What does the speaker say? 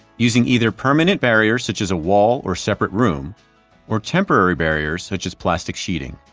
using either permanent barriers such as a wall or separate room or temporary barriers such as plastic sheeting.